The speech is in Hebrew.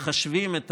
מחשבים את